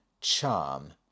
charm